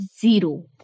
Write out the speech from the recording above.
zero